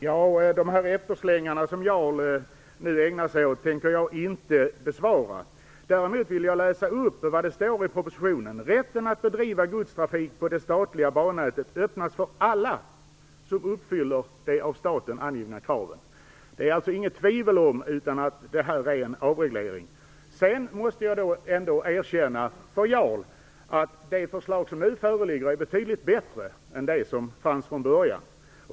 Herr talman! De efterslängar som Jarl Lander nu ägnar sig åt tänker jag inte besvara. Däremot vill jag läsa upp vad som står i propositionen: Rätten att bedriva godstrafik på det statliga bannätet öppnas för alla som uppfyller de av staten angivna kraven. Det är inget tvivel om att det är en avreglering. Jag måste ändå erkänna för Jarl Lander att det förslag som nu föreligger är betydligt bättre än det som fanns från början.